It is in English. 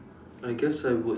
I guess I would